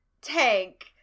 tank